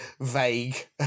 vague